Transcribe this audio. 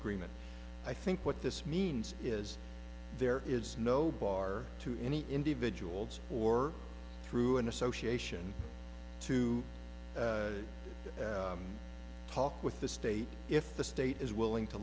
agreement i think what this means is there is no bar to any individuals or through an association to talk with the state if the state is willing to